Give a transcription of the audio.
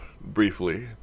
briefly